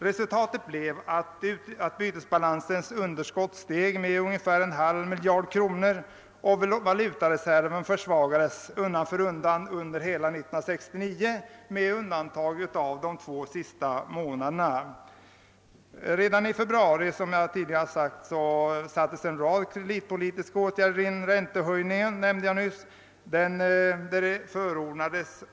Resultatet blev att bytesbalansens underskott steg med ungefär en halv miljard kronor och valutareserven minskade undan för undan hela 1969 med undantag för de två sista månaderna. Redan i februari vidtogs en rad kreditpolitiska åtgärder. Jag nämnde nyss räntehöjningen.